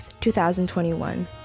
2021